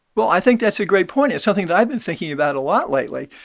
well, i think that's a great point. it's something that i've been thinking about a lot lately.